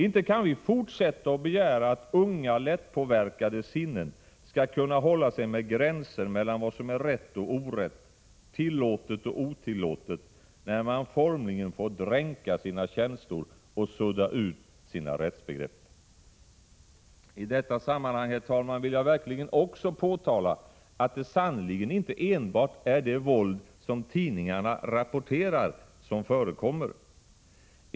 Inte kan vi fortsätta begära att unga lättpåverkade sinnen skall kunna hålla sig med gränser mellan vad som är rätt och orätt, tillåtet och otillåtet, när de formligen får dränka sina känslor och sudda ut sina rättsbegrepp. I detta sammanhang, herr talman, vill jag verkligen också påtala att det sannerligen inte enbart är det våld som tidningarna rapporterar om som förekommer.